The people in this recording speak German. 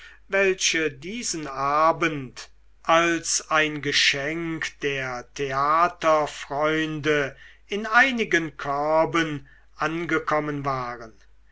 welche diesen abend als ein geschenk der theaterfreunde in einigen körben angekommen waren